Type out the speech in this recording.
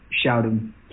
shouting